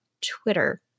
Twitter